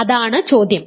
അതാണ് ചോദ്യം